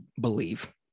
believe